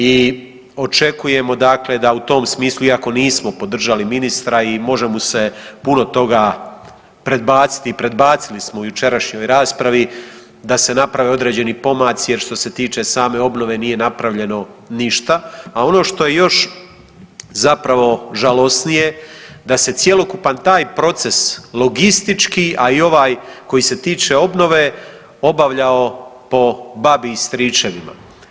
I očekujemo dakle da u tom smislu, iako nismo podržali ministra i može mu se puno toga predbaciti i predbacili smo u jučerašnjoj raspravi, da se naprave određeni pomaci, jer što se tiče same obnove, nije napravljeno ništa, a ono što je još zapravo žalosnije, da se cjelokupan taj proces logistički, a i ovaj koji se tiče obnove obavljao po babi i stričevima.